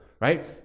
right